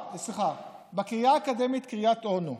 בקריה האקדמית קריית אונו,